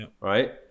right